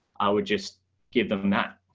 i would just give them that.